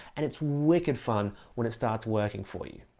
and it's wicked fun when it starts working for you!